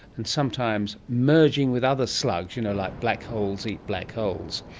and sometimes merging with other slugs, you know like black holes eat black holes,